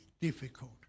difficult